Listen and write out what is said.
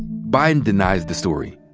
biden denies the story.